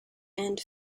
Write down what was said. and